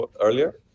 earlier